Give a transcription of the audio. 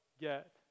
get